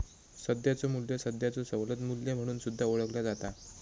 सध्याचो मू्ल्य सध्याचो सवलत मू्ल्य म्हणून सुद्धा ओळखला जाता